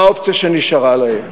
מה האופציה שנשארה להם?